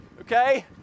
okay